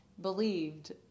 believed